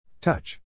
Touch